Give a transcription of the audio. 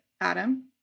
Adam